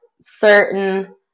certain